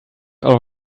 all